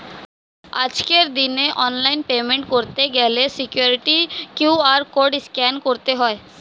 আজকের দিনে অনলাইনে পেমেন্ট করতে গেলে সিকিউরিটি কিউ.আর কোড স্ক্যান করতে হয়